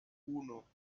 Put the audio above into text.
uno